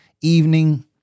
evening